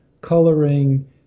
coloring